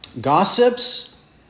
gossips